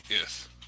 Yes